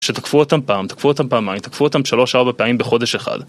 שתקפו אותם פעם, תקפו אותם פעמיים, תקפו אותם 3-4 פעמים בחודש אחד.